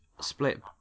split